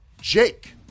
Jake